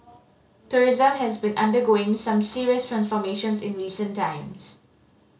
tourism has been undergoing some serious transformations in recent times